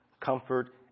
comfort